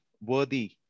worthy